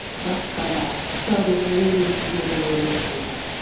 just come back. so it is really, really really simple.